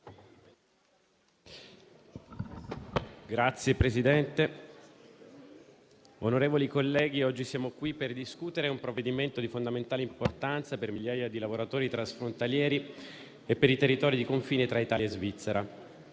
Signor Presidente, onorevoli colleghi, oggi siamo qui per discutere un provvedimento di fondamentale importanza per migliaia di lavoratori transfrontalieri e per i territori di confine tra Italia e Svizzera.